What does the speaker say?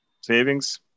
savings